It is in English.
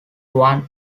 one